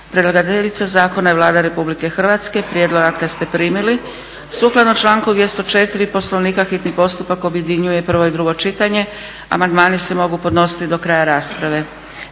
Predlagateljica zakona je Vlada RH. Prijedlog akta ste primili. Sukladno članku 204. Poslovnika, hitni postupak objedinjuje prvo i drugo čitanje. Amandmani se mogu podnositi do kraja rasprave.